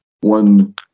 one